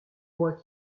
moi